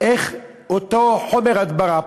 איך אותו חומר הדברה,